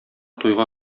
туйга